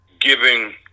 giving